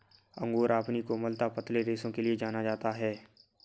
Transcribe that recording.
angora अपनी कोमलता, पतले रेशों के लिए जाना जाता है